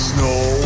Snow